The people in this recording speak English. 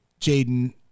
Jaden